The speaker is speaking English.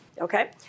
Okay